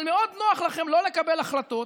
אבל מאוד נוח לכם לא לקבל החלטות,